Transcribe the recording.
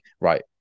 right